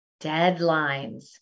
deadlines